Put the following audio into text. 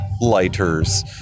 lighters